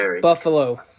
Buffalo